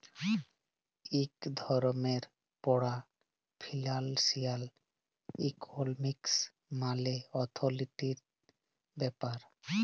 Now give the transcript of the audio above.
ইক রকমের পড়া ফিলালসিয়াল ইকলমিক্স মালে অথ্থলিতির ব্যাপার